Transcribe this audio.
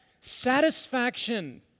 satisfaction